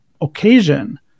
occasion